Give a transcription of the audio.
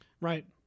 right